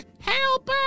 Help